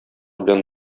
белән